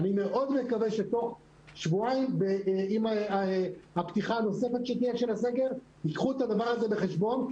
אני מאוד מקווה שעם הפתיחה הנוספת שתהיה לסגר ייקחו את הדבר הזה בחשבון,